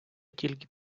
тільки